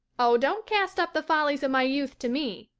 oh, don't cast up the follies of my youth to me.